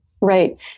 Right